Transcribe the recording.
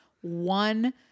one